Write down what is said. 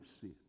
sin